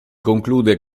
conclude